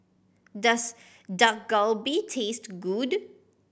does Dak Galbi taste good